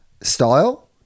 style